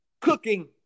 cooking